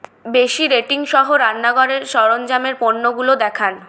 বেশি রেটিং সহ রান্নাঘরের সরঞ্জামের পণ্যগুলো দেখান